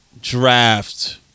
draft